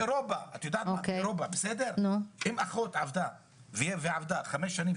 באירופה אם אחות עבדה חמש שנים,